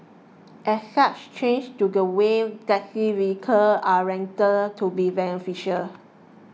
as such changes to the way taxi vehicles are rented could be beneficial